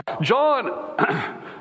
John